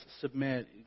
submit